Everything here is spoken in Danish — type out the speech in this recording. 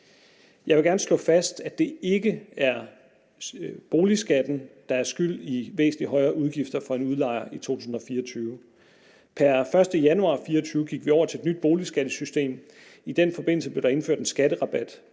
Jeg vil gerne slå fast, at det ikke er boligskatten, der er skyld i væsentlig højere udgifter for en udlejer i 2024. Pr. 1. januar 2024 gik vi over til et nyt boligskattesystem. I den forbindelse blev der indført en skatterabat